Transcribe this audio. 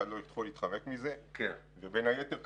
בין היתר,